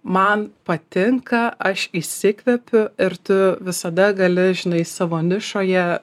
man patinka aš įsikvepiu ir tu visada gali žinai savo nišoje